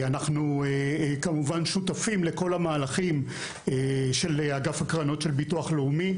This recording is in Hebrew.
אנחנו כמובן שותפים לכל המהלכים של אגף הקרנות של ביטוח לאומי,